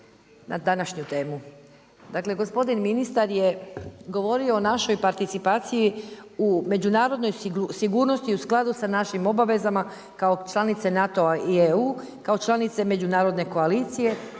na današnju temu. Dakle, gospodin ministar je govorio o našoj participaciji u međunarodnoj sigurnosti u skladu sa našim obavezama kao članice NATO-a i EU, kao članice međunarodne koalicije.